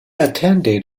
attended